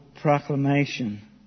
proclamation